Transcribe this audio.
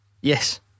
Yes